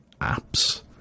apps